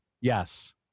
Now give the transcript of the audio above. Yes